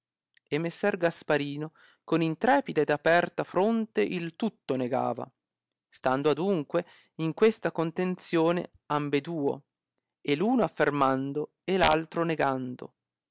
messer gasparino con intrepida ed aperta fronte il tutto negava stando adunque in questa contenzione ambeduo e l uno affermando e altro negando